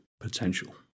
potential